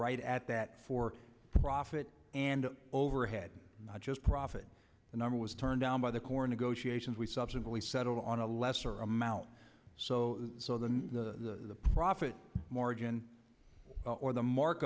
right at that for profit and overhead not just profit the number was turned down by the core negotiations we subsequently settled on a lesser amount so so than the profit margin or the